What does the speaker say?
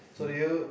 so do you